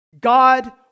God